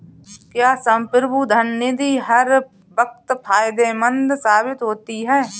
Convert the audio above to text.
क्या संप्रभु धन निधि हर वक्त फायदेमंद साबित होती है?